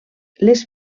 les